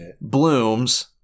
blooms